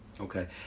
Okay